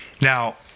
Now